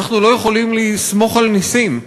אנחנו לא יכולים לסמוך על נסים.